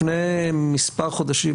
לפני מספר חודשים,